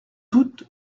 toute